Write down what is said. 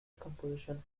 composition